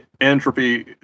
Entropy